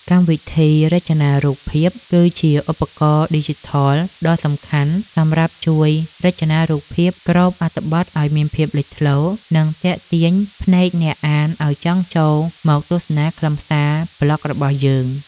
កម្មវិធីរចនារូបភាពគឺជាឧបករណ៍ឌីជីថលដ៏សំខាន់សម្រាប់ជួយរចនារូបភាពក្របអត្ថបទឱ្យមានភាពលេចធ្លោ និង ទាក់ទាញភ្នែកអ្នកអានឱ្យចង់ចូលមកទស្សនាខ្លឹមសារប្លក់របស់យើង។